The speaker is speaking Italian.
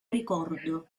ricordo